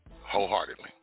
wholeheartedly